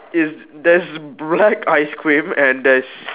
is there's bright ice cream and there's